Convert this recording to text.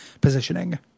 positioning